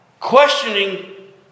questioning